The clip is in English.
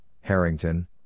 Harrington